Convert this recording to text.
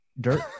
dirt